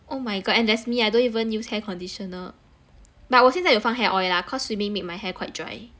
oh my god and there's me I don't even use hair conditioner but 我现在有放 hair oil lah cause swimming make my hair quite dry